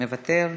מוותר.